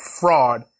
fraud